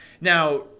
Now